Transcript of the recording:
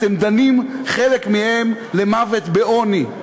אתם דנים חלק מהם למוות בעוני.